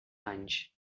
anys